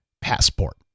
passport